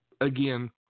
again